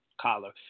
collar